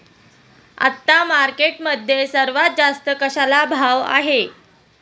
आता मार्केटमध्ये सर्वात जास्त कशाला भाव आहे?